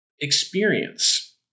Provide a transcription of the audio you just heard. experience